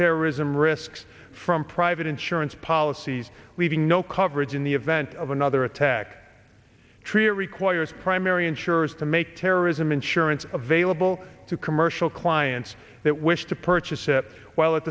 terrorism risks from private insurance policies leaving no coverage in the event of another attack treat requires primary insurers to make terrorism insurance available to commercial clients that wish to purchase it while at